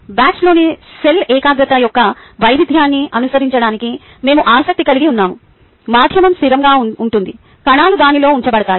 బ్యాచ్లోని cell ఏకాగ్రత యొక్క వైవిధ్యాన్ని అనుసరించడానికి మేము ఆసక్తి కలిగి ఉన్నాము మాధ్యమం స్థిరంగా ఉంటుంది కణాలు దానిలో ఉంచబడతాయి